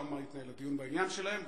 ושם יתנהל הדיון בעניין שלהם.